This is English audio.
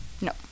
No